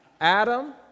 Adam